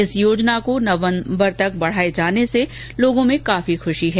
इस योजना को नवम्बर तक बढाये जाने से लोगों में काफी खशी है